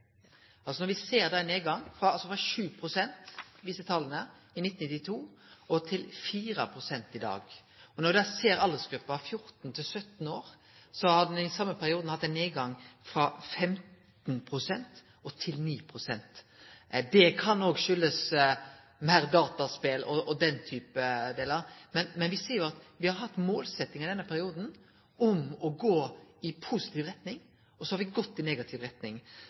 ser at tala viser ein nedgang frå 7 pst. i 1992 til 4 pst. i dag, og når ein ser på aldersgruppa 14–17 år, har ein i den same perioden hatt ein nedgang frå 15 pst. til 9 pst. Det kan ha si årsak i meir dataspel og slikt. Me har hatt ei målsetjing i denne perioden om å gå i positiv retning, og så ser me at me har gått i negativ retning.